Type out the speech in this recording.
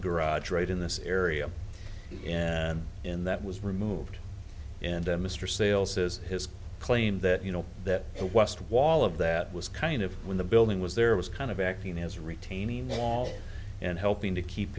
garage right in this area and in that was removed and mr sale says his claim that you know that the west wall of that was kind of when the building was there was kind of acting as a retaining wall and helping to keep